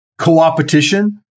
coopetition